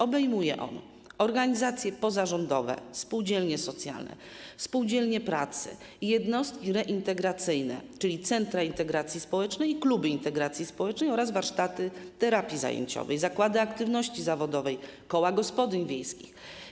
Obejmuje on organizacje pozarządowe, spółdzielnie socjalne, spółdzielnie pracy, jednostki reintegracyjne, czyli centra integracji społecznej i kluby integracji społecznej, warsztaty terapii zajęciowej, zakłady aktywności zawodowej, koła gospodyń wiejskich.